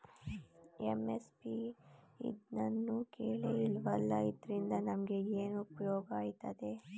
MSP ಇದ್ನನಾನು ಕೇಳೆ ಇಲ್ವಲ್ಲ? ಇದ್ರಿಂದ ನಮ್ಗೆ ಏನ್ಉಪ್ಯೋಗ ಆಯ್ತದೆ?